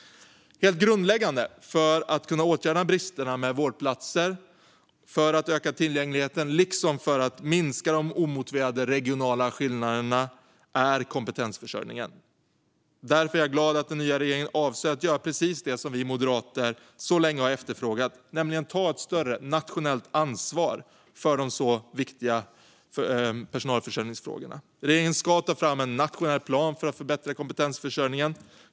Helt grundläggande för att kunna åtgärda bristen på vårdplatser, för att öka tillgängligheten liksom för att minska de omotiverade regionala skillnaderna är kompetensförsörjningen. Därför är jag glad att den nya regeringen avser att göra precis det som vi moderater länge har efterfrågat, nämligen att ta ett större nationellt ansvar för de så viktiga personalförsörjningsfrågorna. Regeringen ska ta fram en nationell plan för att förbättra kompetensförsörjningen.